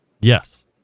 Yes